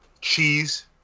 Cheese